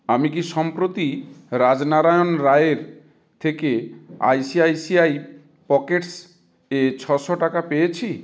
আমি কি সম্প্রতি রাজনারায়ণ রায়ের থেকে আইসিআইসিআই পকেটস এ ছশো টাকা পেয়েছি